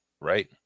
right